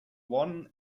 one